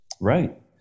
Right